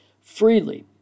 freely